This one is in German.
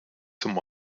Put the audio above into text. zum